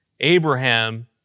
Abraham